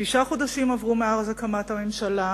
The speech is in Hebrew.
שישה חודשים עברו מאז הקמת הממשלה,